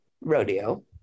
rodeo